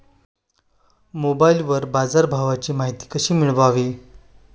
मोबाइलवर बाजारभावाची माहिती कशी मिळवावी?